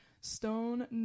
stone